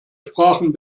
sprachen